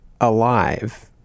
alive